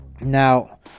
Now